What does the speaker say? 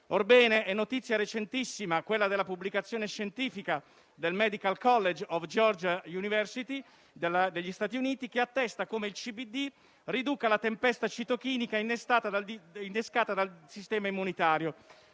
Orbene, è recentissima la notizia della pubblicazione scientifica del Medical college of Georgia presso l'Augusta university, negli Stati Uniti, che attesta come il CBD riduca la tempesta citochinica innescata dal sistema immunitario,